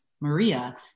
Maria